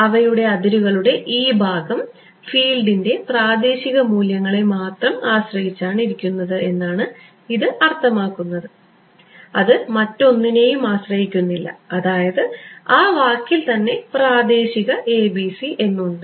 അവയുടെ അതിരുകളുടെ ഈ ഭാഗം ഫീൽഡിന്റെ പ്രാദേശിക മൂല്യങ്ങളെ മാത്രം ആശ്രയിച്ചാണിരിക്കുന്നത് എന്നാണ് ഇത് അർത്ഥമാക്കുന്നത് അത് മറ്റൊന്നിനെയും ആശ്രയിക്കുന്നില്ല അതായത് ആ വാക്കിൽ തന്നെ പ്രാദേശിക ABC എന്നുണ്ട്